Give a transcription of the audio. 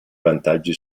vantaggi